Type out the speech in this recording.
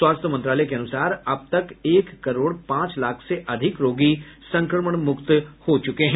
स्वास्थ्य मंत्रालय के अनुसार अब तक एक करोड़ पांच लाख से अधिक रोगी संक्रमण मुक्त हो चुके हैं